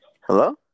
Hello